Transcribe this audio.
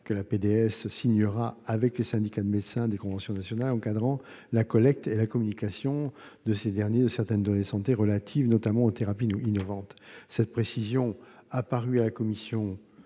que la PDS signera avec les syndicats de médecins des conventions nationales encadrant la collecte et la communication par ces derniers de certaines données de santé relatives notamment aux thérapies innovantes. Cette précision a paru à la commission